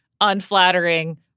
unflattering